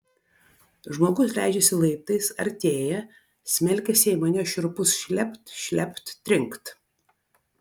žmogus leidžiasi laiptais artėja smelkiasi į mane šiurpus šlept šlept trinkt